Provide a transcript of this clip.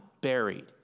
buried